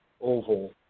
oval